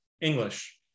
English